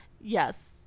Yes